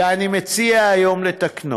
ואני מציע היום לתקנו.